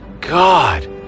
God